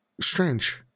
Strange